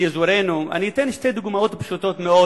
לאזורנו, אני אתן שתי דוגמאות פשוטות מאוד